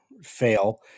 fail